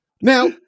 Now